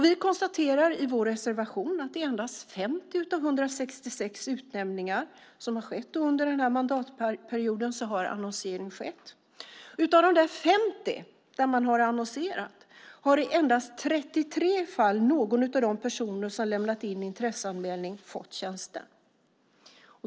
Vi konstaterar i vår reservation att i endast 50 av 166 utnämningar som har skett under den här mandatperioden har annonsering skett. Av de 50 där man har annonserat har endast i 33 fall någon av de personer som lämnat in en intresseanmälan fått tjänsten.